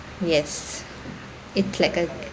yes it's like a